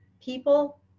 people